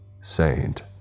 Saint